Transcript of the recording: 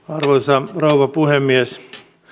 arvoisa rouva puhemies